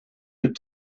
could